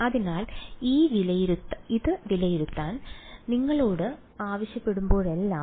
അതിനാൽ ഇത് വിലയിരുത്താൻ നിങ്ങളോട് ആവശ്യപ്പെടുമ്പോഴെല്ലാം